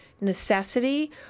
necessity